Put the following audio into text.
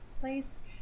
Place